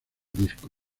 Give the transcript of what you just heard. disco